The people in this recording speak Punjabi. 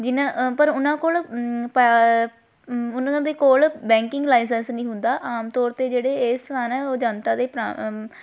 ਜਿੰਨਾਂ ਪਰ ਉਹਨਾਂ ਕੋਲ ਉਹਨਾਂ ਦੇ ਕੋਲ ਬੈਂਕਿੰਗ ਲਾਈਸੈਂਸ ਨਹੀਂ ਹੁੰਦਾ ਆਮ ਤੌਰ 'ਤੇ ਜਿਹੜੇ ਇਹ ਸਨ ਉਹ ਜਨਤਾ ਦੇ ਪਰਾਂ